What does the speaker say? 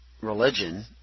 religion